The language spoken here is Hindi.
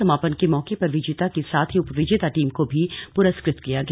समापन के मौके पर विजेता के साथ ही उपविजेता टीम को भी पुरस्कृत किया गया